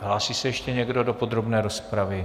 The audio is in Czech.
Hlásí se ještě někdo do podrobné rozpravy?